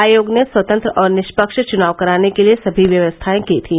आयोग ने स्वतंत्र और निष्पक्ष चुनाव कराने के लिये सभी व्यवस्थाएं कीं थी